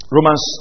Romans